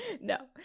No